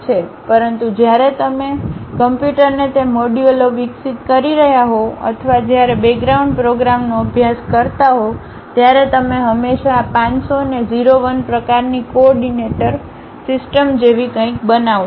પરંતુ જ્યારે તમે જ્યારે કમ્પ્યુટરને તે મોડ્યુલો વિકસિત કરી રહ્યા હોવ અથવા જ્યારે બેગ્રાઉન્ડ પ્રોગ્રામનો અભ્યાસ કરતા હો ત્યારે તમે હંમેશા આ 500 ને 0 1 પ્રકારની કોર્ડીનેટર સિસ્ટમ જેવી કંઈક બનાવશો